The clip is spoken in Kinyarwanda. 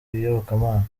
iyobokamana